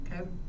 Okay